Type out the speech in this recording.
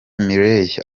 mireille